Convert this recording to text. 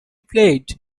played